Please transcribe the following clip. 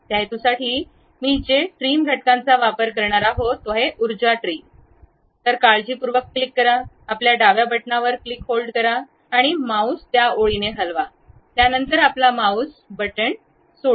त्या हेतूसाठी मी जे ट्रिम घटकांचा उपयोग करणार आहे उर्जा ट्रिम निवडा काळजीपूर्वक क्लिक करा आपल्या डाव्या बटणावर क्लिक होल्ड करा आणि माउस त्या ओळीने हलवा त्यानंतर आपला माउस बटण सोडा